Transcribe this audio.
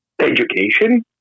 education